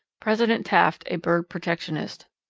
president taft a bird protectionist.